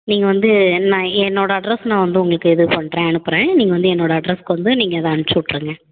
நீங்கள் வந்து என்ன என்னோட அட்ரஸ் நான் வந்து உங்களுக்கு இது பண்ணுறேன் அனுப்புகிறேன் நீங்கள் வந்து என்னோட அட்ரஸ்சுக்கு நீங்கள் அதை அனுப்பிச்சி விட்ருங்க